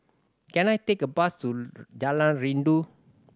can I take a bus to Jalan Rindu